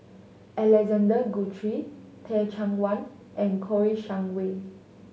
Alexander Guthrie Teh Cheang Wan and Kouo Shang Wei